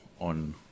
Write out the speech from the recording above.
on